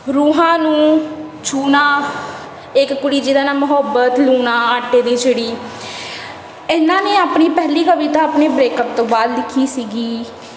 ਰੂਹਾਂ ਨੂੰ ਛੂਹਣਾ ਇੱਕ ਕੁੜੀ ਜਿਹਦਾ ਨਾਮ ਮੁਹੱਬਤ ਲੂਣਾ ਆਟੇ ਦੀ ਚਿੜੀ ਇਹਨਾਂ ਨੇ ਆਪਣੀ ਪਹਿਲੀ ਕਵਿਤਾ ਆਪਣੇ ਬ੍ਰੇਕਅਪ ਤੋਂ ਬਾਅਦ ਲਿਖੀ ਸੀਗੀ